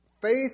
faith